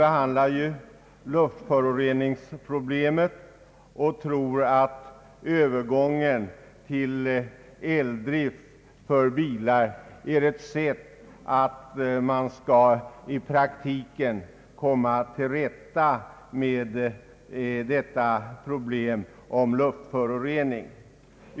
Motionärerna tror att övergång till eldrift av bilar är ett sätt att i praktiken komma till rätta med luftföroreningsproblemet.